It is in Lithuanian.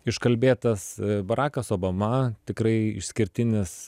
iškalbėtas barakas obama tikrai išskirtinis